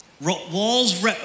Walls